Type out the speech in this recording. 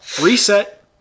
reset